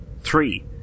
three